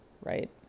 right